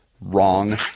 wrong